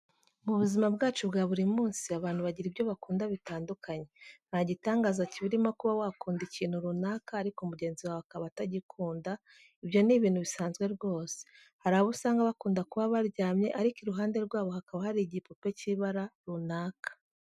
Mu buzima bwacu bwa buri munsi, abantu bagira ibyo bakunda bitandukanye. Nta gitangaza kibirimo kuba waba ukunda ikintu runaka ariko mugenzi wawe akaba atagikunda, ibyo ni ibintu bisanzwe rwose. Hari abo usanga bakunda kuba baryamye ariko iruhande rwabo hakaba hari igipupe cy'ibara runaka.